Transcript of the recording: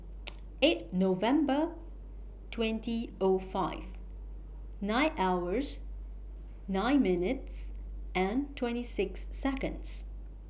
eight November twenty O five nine hours nine minutes and twenty six Seconds